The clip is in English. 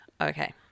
Okay